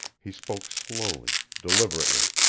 he spoke slowly, deliberately.